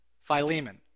Philemon